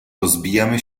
rozbijamy